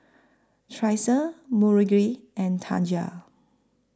Tressa Marguerite and Tanja